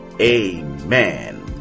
Amen